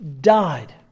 died